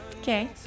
Okay